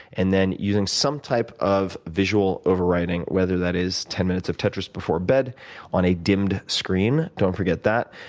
and then using some type of visual overwriting, whether that is ten minutes of tetris before bed on a dimmed screen, don't forget that,